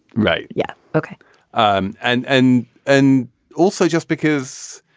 right. yeah. ok um and and and also just because.